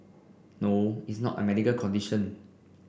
no it's not a medical condition